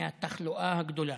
מהתחלואה הגדולה.